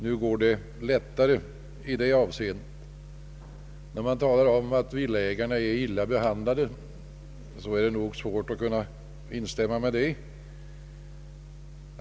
Nu går det lättare i detta avseende. När man påstår att villaägarna är illa behandlade, har jag svårt att instämma.